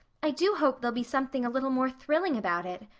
i do hope there'll be something a little more thrilling about it.